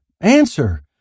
Answer